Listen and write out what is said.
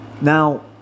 Now